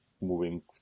moving